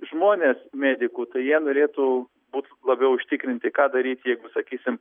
žmonės medikų tai jie norėtų būt labiau užtikrinti ką daryt jeigu sakysim